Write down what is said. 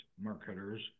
marketers